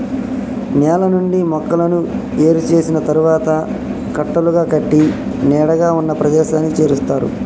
నేల నుండి మొక్కలను ఏరు చేసిన తరువాత కట్టలుగా కట్టి నీడగా ఉన్న ప్రదేశానికి చేరుస్తారు